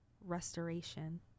restoration